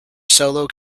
solo